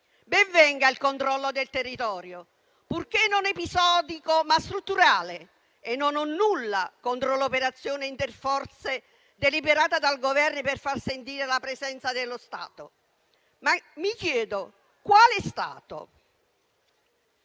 Ben venga il controllo del territorio, purché non episodico, ma strutturale. Non ho nulla contro l'operazione interforze deliberata dal Governo per far sentire la presenza dello Stato, ma mi chiedo: quale Stato?